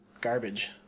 garbage